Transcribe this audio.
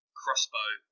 crossbow